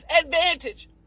advantage